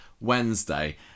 Wednesday